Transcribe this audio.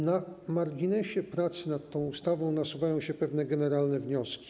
Na marginesie prac nad tą ustawą nasuwają się pewne generalne wnioski.